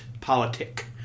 politic